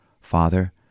Father